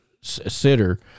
sitter